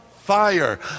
fire